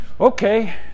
okay